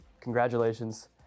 congratulations